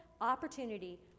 opportunity